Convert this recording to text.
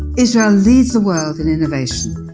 israel leads the world in innovation,